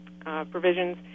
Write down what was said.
Provisions